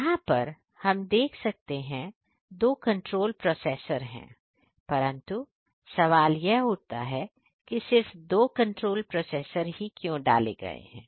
यहां पर हम देख सकते हैं दो कंट्रोल प्रोसेसर है परंतु सवाल यह उठता है कि सिर्फ दो कंट्रोल प्रोसेसर क्यों डाले हैं